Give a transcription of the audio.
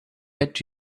that